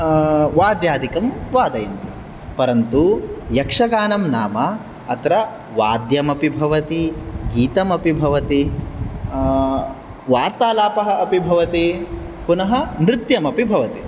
वाद्यादिकं वादयन्ति परन्तु यक्षगानं नाम अत्र वाद्यमपि भवति गीतमपि भवति वार्तालापः अपि भवति पुनः नृत्यमपि भवति